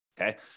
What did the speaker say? okay